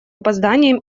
опозданием